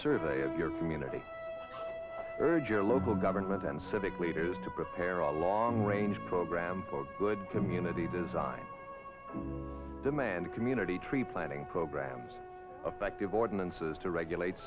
survey of your community urge your local government and civic leaders to prepare a long range program for good community design demand community tree planning programs affective ordinances to regulate